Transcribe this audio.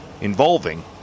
involving